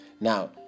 Now